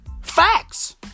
Facts